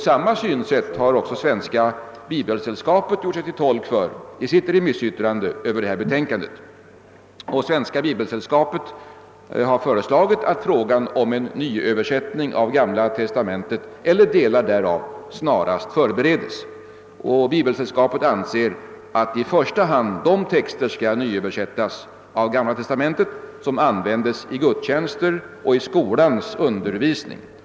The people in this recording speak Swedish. Samma synsätt har Svenska bibelsällskapet gjort sig till tolk för i sitt remissyttrande över betänkandet. Svenska bibelsällskapet har föreslagit att frågan om en ny översättning av Gamla testamentet eller delar därav snarast förberedes. Bibelsällskapet anser att i första hand de texter i Gamla testamentet skall nyöversättas som används vid gudstjänster och i skolans undervisning.